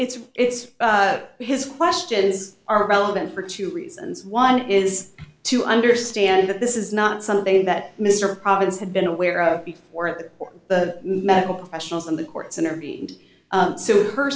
for it's his question is are relevant for two reasons one is to understand that this is not something that mr province had been aware of before the medical professionals and the courts intervened so her